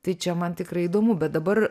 tai čia man tikrai įdomu bet dabar